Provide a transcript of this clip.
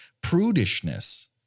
prudishness